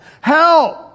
Help